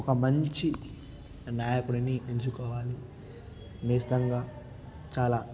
ఒక మంచి నాయకుడిని ఎంచుకోవాలి నేస్తంగా చాలా